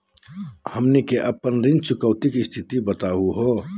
हमनी के अपन ऋण चुकौती के स्थिति बताहु हो?